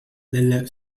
delle